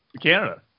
Canada